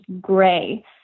gray